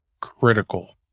critical